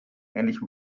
ähnlichem